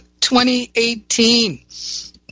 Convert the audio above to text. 2018